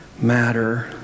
matter